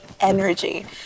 energy